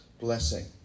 blessing